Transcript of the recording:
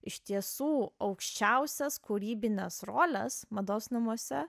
iš tiesų aukščiausias kūrybines roles mados namuose